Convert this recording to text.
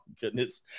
goodness